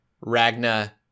Ragna